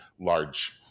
large